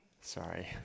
Sorry